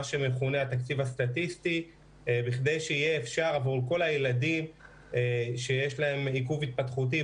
מה שמכונה "תקציב סטטיסטי" עבור הילדים שיש להם עיכוב התפתחותי,